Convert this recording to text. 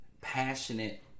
passionate